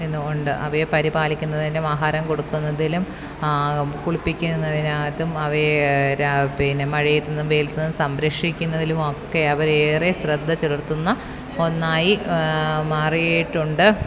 ഇന്ന് ഉണ്ട് അവയെ പരിപാലിക്കുന്നതിനും ആഹാരം കൊടുക്കുന്നതിലും കുളിപ്പിക്കുന്നതിനകത്തും അവയെ ര പിന്നെ മഴയത്തുനിന്നും വെയിലത്തുനിന്നും സംരക്ഷിക്കുന്നതിലും ഒക്കെ അവർ ഏറെ ശ്രദ്ധ ചെലുത്തുന്ന ഒന്നായി മാറിയിട്ടുണ്ട്